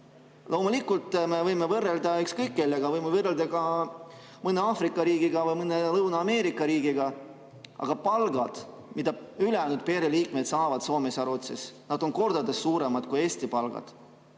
loomulikult me võime võrrelda ükskõik kellega, me võime võrrelda ka mõne Aafrika riigiga või mõne Lõuna‑Ameerika riigiga, aga palgad, mida ülejäänud pereliikmed saavad Soomes ja Rootsis, on kordades suuremad kui Eesti palgad